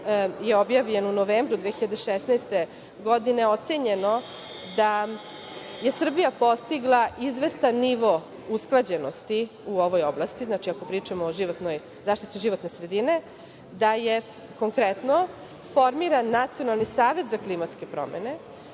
je objavljen u novembru 2016. godine, ocenjeno da je Srbija postigla izvestan nivo usklađenosti u ovoj oblasti, znači, ako pričamo o zaštiti životne sredine, da je, konkretno, formiran Nacionalni savet za klimatske promene,